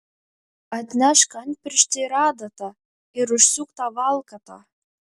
atsinešk antpirštį ir adatą ir užsiūk tą valkatą